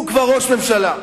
הוא כבר ראש ממשלה.